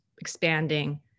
expanding